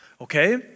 okay